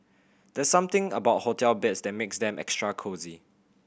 there's something about hotel beds that makes them extra cosy